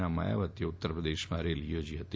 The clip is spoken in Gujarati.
ના વડા માયાવતીએ ઉત્તરપ્રદેશમાં રેલીઓ યોજી હતી